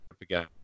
again